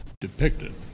depicted